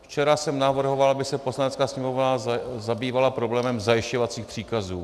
Včera jsem navrhoval, aby se Poslanecká sněmovna zabývala problémem zajišťovacích příkazů.